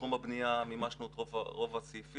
תחום הבנייה, מימשנו את רוב הסעיפים,